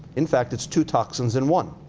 in fact, it's two toxins in one.